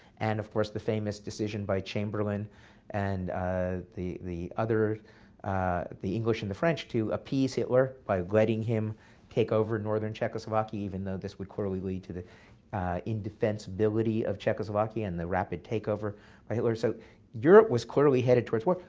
and of course, the famous decision by chamberlain and ah the the english and the french to appease hitler by letting him take over northern czechoslovakia, even though this would clearly lead to the indefensibility of czechoslovakia, and the rapid takeover by hitler. so europe was clearly headed towards war.